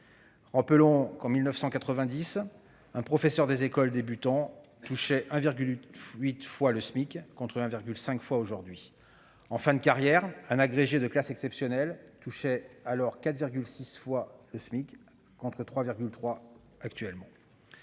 Rappelons que, en 1990, un professeur des écoles débutant touchait 1,8 fois le Smic, contre 1,5 fois aujourd'hui. En fin de carrière, un agrégé de classe exceptionnelle touchait alors 4,6 fois le Smic, contre 3,3 fois actuellement.